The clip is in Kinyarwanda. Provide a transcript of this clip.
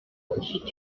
ufite